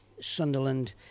Sunderland